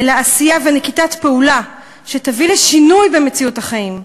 אלא עשייה ונקיטת פעולה שתביא לשינוי במציאות החיים.